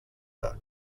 her